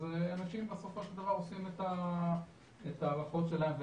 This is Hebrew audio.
אז אנשים בסופו של דבר עושים את ההערכות שלהם.